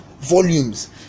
volumes